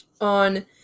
On